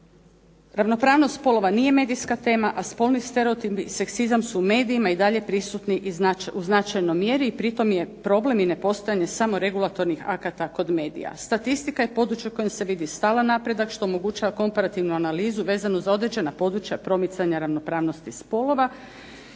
Ravnopravnost spolova nije medijska tema, a spolni stereotip i seksizam su u medijima i dalje prisutni u značajnoj mjeri i pritom je problem i nepostojanje samo regulatornih akata kod medija. Statistika je područje u kojem se vidi stalan napredak što omogućava komparativnu analizu vezanu za određena područja promicanja ravnopravnosti spolova